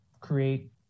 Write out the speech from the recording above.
create